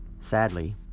Sadly